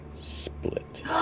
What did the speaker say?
Split